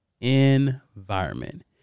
Environment